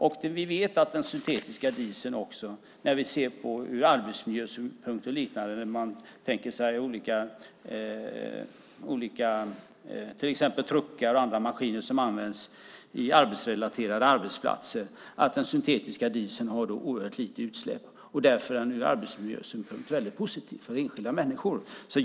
Vi vet att den syntetiska dieseln har oerhört små utsläpp när vi ser på det ur arbetsmiljösynpunkt och liknande och när man tänker sig truckar och olika maskiner som används på arbetsplatser. Ur arbetsmiljösynpunkt är den därför väldigt positiv för enskilda människor.